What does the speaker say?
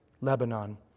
Lebanon